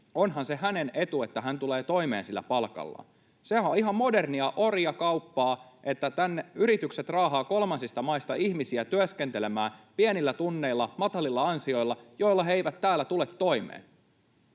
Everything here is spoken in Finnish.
onhan se hänen etunsa, että hän tulee toimeen sillä palkallaan. Sehän on ihan modernia orjakauppaa, että tänne yritykset raahaavat kolmansista maista ihmisiä työskentelemään pienillä tunneilla, matalilla ansioilla, joilla he eivät täällä tule toimeen,